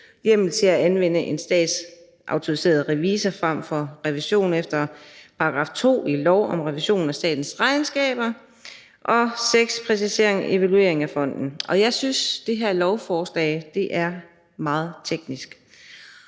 en hjemmel til at anvende en statsautoriseret revisor frem for revision efter § 2 i lov om revisionen af statens regnskaber og til sidst en præcisering om evaluering af fonden. Jeg synes, at det her lovforslag er meget teknisk.